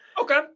Okay